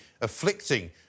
afflicting